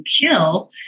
kill